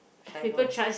shy boy